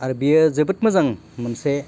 आरो बेयो जोबोद मोजां मोनसे